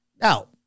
Now